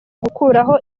gukuraho